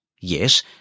Yes